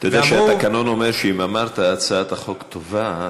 אתה יודע שהתקנון אומר: אם אמרת שהצעת החוק טובה,